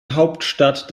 hauptstadt